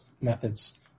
methods